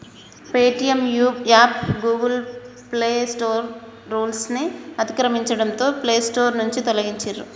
Paytm app Google play store రూల్స్ను అతిక్రమించడంతో play store నుంచి తొలగించిర్రు